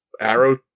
arrow